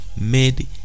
made